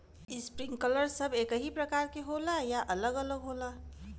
Sprinkler सब एकही प्रकार के होला या अलग अलग होला?